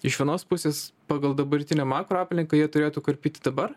iš vienos pusės pagal dabartinę makroaplinką jie turėtų karpyti dabar